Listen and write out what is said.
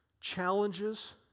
challenges